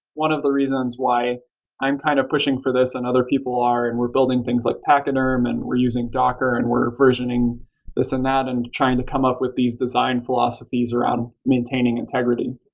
one of the reasons why i'm kind of pushing for this and other people are and we're building things like pachyderm, we're using docker, and we're versioning this and that and trying to come up with these design philosophies around maintaining integrity.